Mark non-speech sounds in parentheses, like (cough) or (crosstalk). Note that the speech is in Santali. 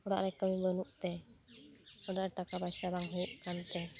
ᱚᱲᱟᱜᱨᱮ ᱠᱟᱹᱢᱤ ᱵᱟᱹᱜᱩᱜᱛᱮ (unintelligible) ᱴᱟᱠᱟ ᱯᱟᱭᱥᱟ ᱵᱟᱝ ᱦᱩᱭᱩᱜ ᱠᱟᱱᱛᱮ